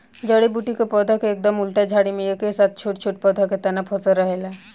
जड़ी बूटी के पौधा के एकदम उल्टा झाड़ी में एक साथे छोट छोट पौधा के तना फसल रहेला